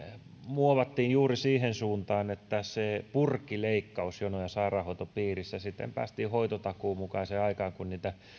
muovattiin juuri siihen suuntaan että se purki leikkausjonoja sairaanhoitopiirissä siten päästiin hoitotakuun mukaiseen aikaan kun niitä